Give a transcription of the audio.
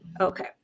okay